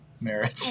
marriage